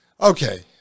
okay